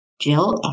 jill